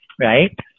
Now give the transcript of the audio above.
right